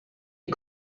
est